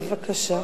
בבקשה.